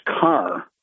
car